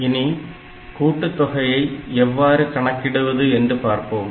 இனி கூட்டுத் தொகையை எவ்வாறு கணக்கிடுவது என்று பார்ப்போம்